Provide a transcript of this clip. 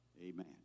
Amen